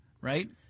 right